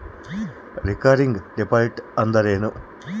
Recurring deposit ಅಂದರೇನು?